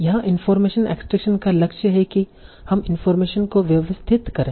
यहाँ information extraction का लक्ष्य है कि हम इनफार्मेशन को व्यवस्थित करें